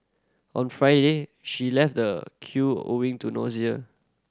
on Friday she left the queue owing to nausea